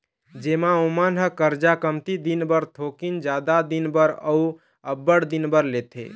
जेमा ओमन ह करजा कमती दिन बर, थोकिन जादा दिन बर, अउ अब्बड़ दिन बर लेथे